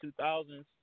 2000s